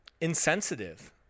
insensitive